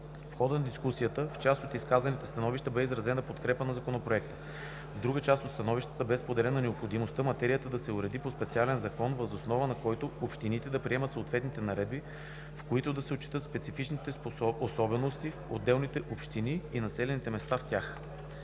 В хода на дискусията в част от изказаните становища бе изразена подкрепа на Законопроекта. В друга част от становищата бе споделена необходимостта материята да се уреди от специален закон, въз основа на който общините да приемат съответните наредби, в които да се отчетат специфичните особености в отделните общини и населени места в тях.